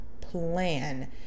plan